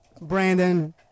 Brandon